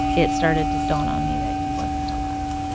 it started to dawn on me that he wasn't alive